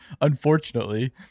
unfortunately